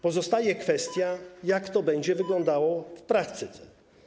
Pozostaje kwestia tego, jak to będzie wyglądało w praktyce.